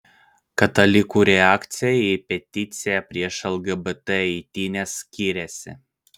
katalikų reakcija į peticiją prieš lgbt eitynes skiriasi